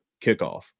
kickoff